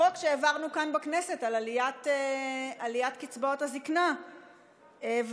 החוק שהעברנו כאן בכנסת על עליית קצבאות הזקנה והנכות,